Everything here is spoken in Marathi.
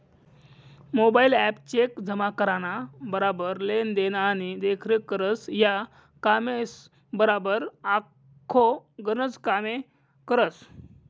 मोबाईल ॲप चेक जमा कराना बराबर लेन देन आणि देखरेख करस, या कामेसबराबर आखो गनच कामे करस